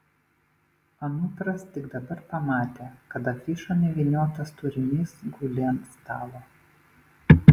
anupras tik dabar pamatė kad afišon įvyniotas turinys guli ant stalo